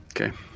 Okay